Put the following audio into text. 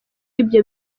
ibyo